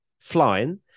flying